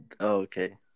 okay